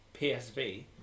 PSV